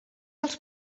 els